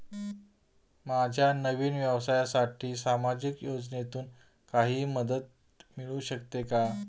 माझ्या नवीन व्यवसायासाठी सामाजिक योजनेतून काही मदत मिळू शकेल का?